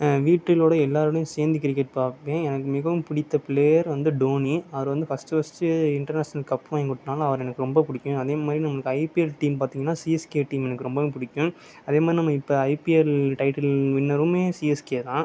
வீட்டிலோடு எல்லாருடையும் சேர்ந்து கிரிக்கெட் பார்ப்பேன் எனக்கு மிகவும் பிடித்த ப்ளேயர் வந்து டோனி அவரு வந்து ஃபர்ஸ்ட் ஃபர்ஸ்ட் இன்டர்னேஷ்னல் கப்பு வாங்கி கொடுத்தனால அவரை எனக்கு ரொம்ப பிடிக்கும் அதேமாதிரி நம்மளுக்கு ஐபிஎல் டீம் பார்த்தீங்கனா சிஎஸ்கே டீம் எனக்கு ரொம்பவே பிடிக்கும் அதேமாதிரி நம்ம இப்போ ஐபிஎல் டைட்டில் வின்னருமே சிஎஸ்கே தான்